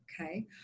Okay